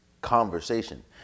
conversation